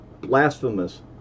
blasphemous